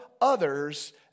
others